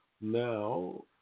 now